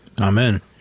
Amen